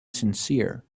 sincere